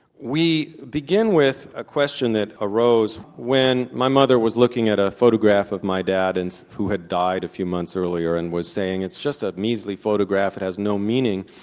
we begin with a question that arose when my mother was looking at a photograph of my dad and who had died a few months earlier, and was saying, it's just a measly photograph it has no meaning,